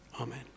Amen